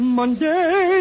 Monday